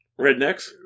rednecks